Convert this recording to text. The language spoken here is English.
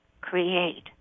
create